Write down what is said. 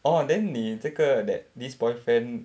orh then 你这个 that this boyfriend